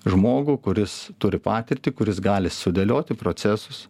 žmogų kuris turi patirtį kuris gali sudėlioti procesus